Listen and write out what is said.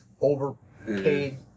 overpaid